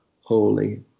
holy